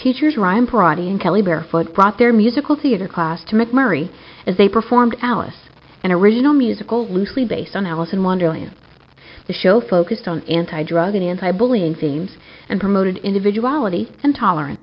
barefoot brought their musical theater class to mcmurry as they performed alice and original musical loosely based on alice in wonderland the show focused on anti drug an anti bullying themes and promoted individuality and tolerance